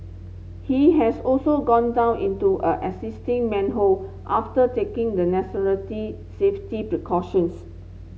he has also gone down into an existing manhole after taking the safety precautions